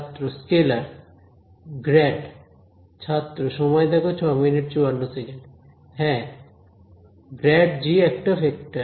ছাত্র scalar grad হ্যাঁ ∇g একটা ভেক্টর